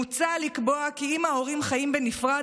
מוצע לקבוע כי אם ההורים חיים בנפרד,